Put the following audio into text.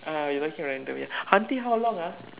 ah we talking random ya until how long ah